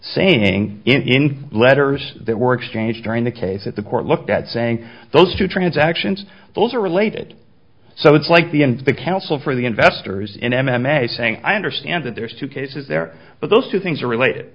saying in letters that were exchanged during the case that the court looked at saying those two transactions those are related so it's like the end of the counsel for the investors in m m a saying i understand that there's two cases there but those two things are related